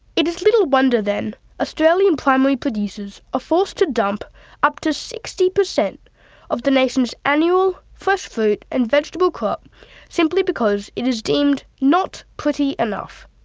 it is little wonder then australian primary producers are forced to dump up to sixty per cent of the nation's annual fresh fruit and vegetable crop simply because it is deemed not pretty enough.